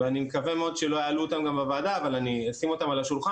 ואני מקווה מאוד שלא יעלו אותם גם בוועדה אבל אשים אותם על השולחן